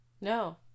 No